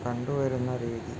കണ്ടുവരുന്ന രീതി